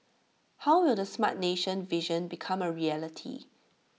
how will the Smart Nation vision become A reality